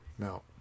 No